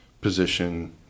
position